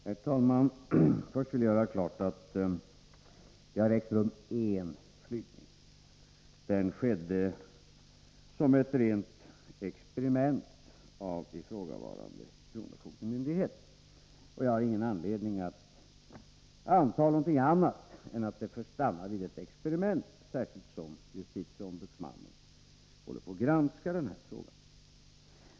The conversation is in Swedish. Herr talman! Först vill jag göra klart att det har ägt rum en flygning. Den skedde som ett rent experiment av ifrågavarande kronofogdemyndighet. Jag har ingen anledning att anta någonting annat än att det får stanna vid ett experiment, särskilt som justitieombudsmannen håller på att granska denna fråga.